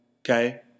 Okay